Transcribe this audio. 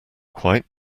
quite